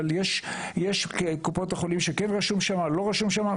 אבל יש קופות חולים שכן רשום שם או לא רשום שם.